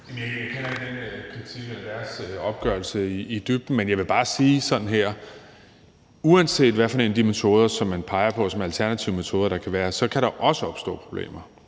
Jeg kender ikke den kritik og deres opgørelse i dybden, men jeg vil bare sige, at uanset hvilken af de metoder som man peger på som alternative metoder, kan der også opstå problemer.